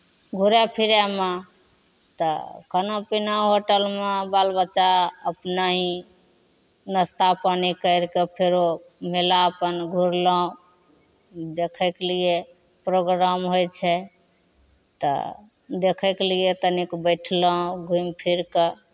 घुरय फिरयमे तऽ खाना पीना होटलमे बाल बच्चा अपनाही नाश्ता पानि करि कऽ फेरो मेला अपन घुरलहुँ देखयके लिए प्रोग्राम होइ छै तऽ देखयके लिए तनिक बैठलहुँ घुमि फिरि कऽ